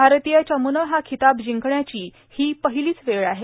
भारतीय चमूनं हा खिताब जिंकण्याची ही पहिलीच वेळ आहे